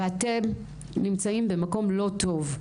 ואתם נמצאים במקום לא טוב,